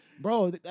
bro